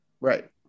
right